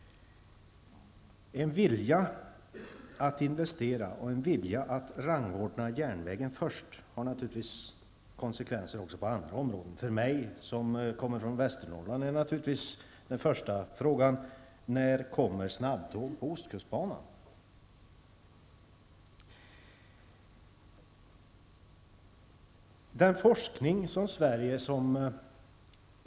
En vilja att investera och att rangordna järnvägen på första plats har naturligtvis konsekvenser också på andra områden. För mig som kommer från Västernorrland är naturligtvis den första frågan: När kommer snabbtåg på ostkustbanan?